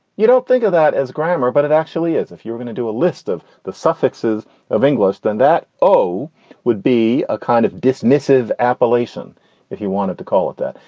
you don't think of that as grammar, but it actually is. if you're going to do a list of the suffixes of english, then that oh would be a kind of dismissive appellation if you wanted to call it that.